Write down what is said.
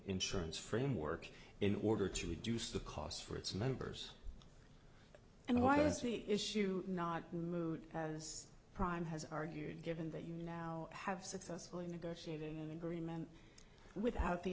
insurance framework in order to reduce the costs for its members and why does he issue not as prime has argued given that you now have successfully negotiated an agreement without the